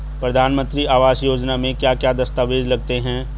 प्रधानमंत्री आवास योजना में क्या क्या दस्तावेज लगते हैं?